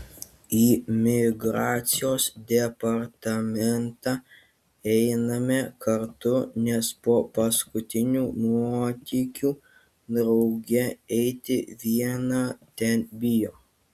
į migracijos departamentą einame kartu nes po paskutinių nuotykių draugė eiti viena ten bijo